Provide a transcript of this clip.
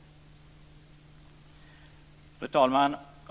Fru talman!